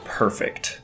perfect